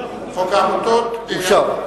חוק העמותות אושר.